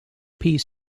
piece